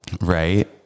right